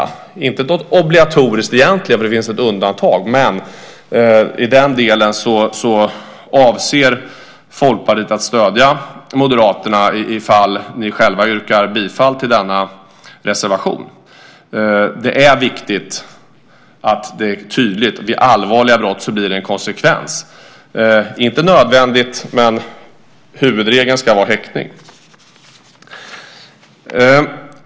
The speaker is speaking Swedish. Det är egentligen inte obligatoriskt, för det finns ett undantag, men Folkpartiet avser att i den delen stödja Moderaterna ifall de yrkar bifall till den reservationen. Det är viktigt att det blir tydligt att allvarliga brott medför konsekvenser. Huvudregeln ska vara häktning.